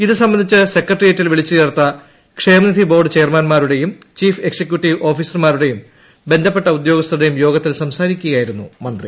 ഇതുസംബന്ധിച്ച് സെക്രട്ടേറിയറ്റിൽ വിളിച്ചു ചേർത്ത ക്ഷേമനിധി ബോർഡ് ചെയർമാൻമാരുടെയും ചീഫ് എക്സിക്യുട്ടീവ് ഓഫീസർമാരുടെയും ബന്ധപ്പെട്ട ഉദ്യോഗസ്ഥരുടെയും യോഗത്തിൽ സംസാരിക്കുകയായിരുന്നു മന്ത്രി